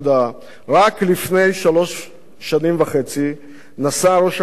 רק לפני שלוש שנים וחצי נשא ראש הממשלה בנימין